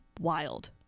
wild